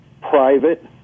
private